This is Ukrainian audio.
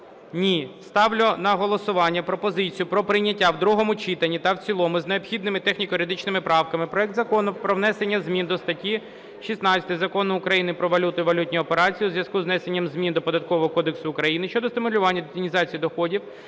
Ні. Ставлю на голосування пропозицію про прийняття в другому читанні та в цілому з необхідними техніко-юридичними правками проект Закону про внесення зміни до статті 16 Закону України "Про валюту і валютні операції" у зв'язку із внесенням змін до Податкового кодексу України щодо стимулювання детінізації доходів